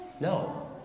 No